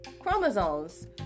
chromosomes